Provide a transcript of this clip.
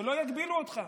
שלא יגבילו אותך.